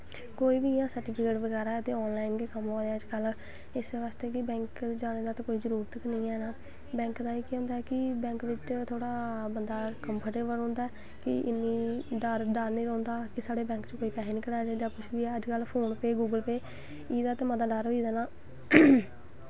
कोई बी इ'यां सर्टिफिकेट होए ते ऑन लाईन गै कम्म होआ दा अज्ज कल इस बास्ते ते बैंक जाने दी जरूरी गै नि ऐ ना कोई बैंक बिच्च केह् होंदा ऐ कि बैंक बिच्च बंदा थोह्ड़ा कंफर्टेवल रौंह्दा ऐ कि इन्ना डर निं रौंह्दा कि साढ़े बैंक दे कोई पैसे निं कड़हाई लै जां कुछ बी अज्ज कल फोन पे गुगल पे एह्दा ते मता डर होई दा ना